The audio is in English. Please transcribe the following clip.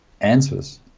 answers